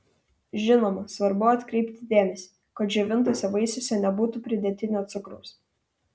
žinoma svarbu atkreipti dėmesį kad džiovintuose vaisiuose nebūtų pridėtinio cukraus